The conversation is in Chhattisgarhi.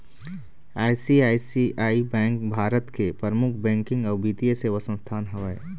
आई.सी.आई.सी.आई बेंक भारत के परमुख बैकिंग अउ बित्तीय सेवा संस्थान हवय